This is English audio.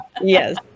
Yes